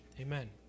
Amen